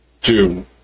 June